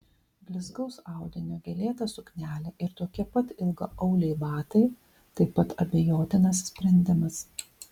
blizgaus audinio gėlėta suknelė ir tokie pat ilgaauliai batai taip pat abejotinas sprendimas